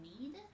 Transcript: need